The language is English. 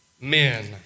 men